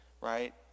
right